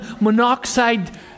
monoxide